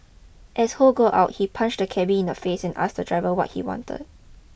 as Ho got out he punched the cabby in the face and asked the driver what he wanted